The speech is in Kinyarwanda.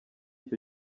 icyo